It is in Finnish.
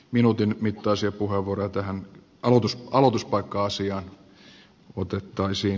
minuutin mittaisia puheenvuoroja tähän aloituspaikka asiaan otettaisiin